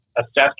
assessed